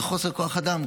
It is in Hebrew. זה חוסר כוח אדם,